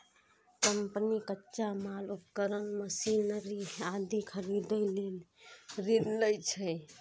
company कच्चा माल, उपकरण, मशीनरी आदि खरीदै लेल ऋण लै छै